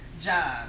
job